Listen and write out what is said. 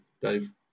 Dave